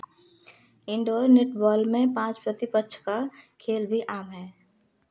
indoor netball में पाँच प्रति पक्ष का खेल भी आम है